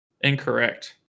Incorrect